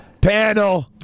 panel